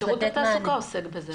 שירות התעסוקה עוסק בזה.